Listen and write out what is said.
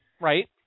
right